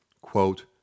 Quote